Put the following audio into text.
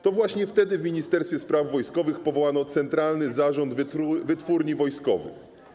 To właśnie wtedy w Ministerstwie Spraw Wojskowych powołano Centralny Zarząd Wytwórni Wojskowych.